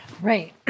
Right